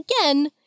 again